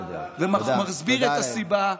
מצוין, הכול בסדר.